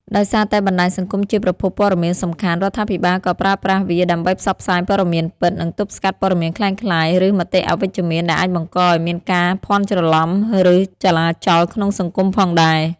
ដោយសារតែបណ្ដាញសង្គមជាប្រភពព័ត៌មានសំខាន់ រដ្ឋាភិបាលក៏ប្រើប្រាស់វាដើម្បីផ្សព្វផ្សាយព័ត៌មានពិត និងទប់ស្កាត់ព័ត៌មានក្លែងក្លាយ ឬមតិអវិជ្ជមានដែលអាចបង្កឱ្យមានការភាន់ច្រឡំ ឬចលាចលក្នុងសង្គមផងដែរ។